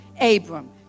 Abram